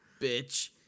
bitch